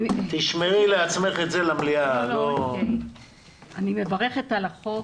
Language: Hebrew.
אני מברכת על החוק.